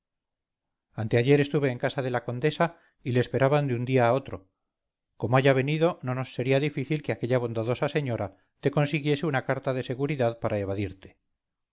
chamartín anteayer estuve en casa de la condesa y le esperaban de un día a otro como haya venido no nos sería difícil que aquella bondadosa señora te consiguiese una carta de seguridad para evadirte